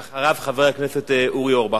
אחריו, חבר הכנסת אורי אורבך.